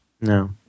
No